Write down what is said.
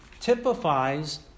typifies